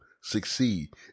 succeed